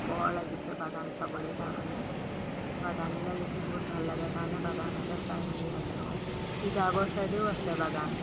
পৰ লাগিছে বাগান চাবলৈ যাওঁতেনে বাগানবিলাক দেখি বহুত ভাল লাগে কাৰণে বাগানকে চাই মেলি আছো তিতাবৰ ছাইদেও আছে বাগান